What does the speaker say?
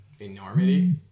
Enormity